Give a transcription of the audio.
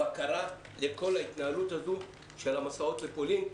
בקרה לכל ההתנהלות לגבי המסעות לפולין.